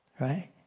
Right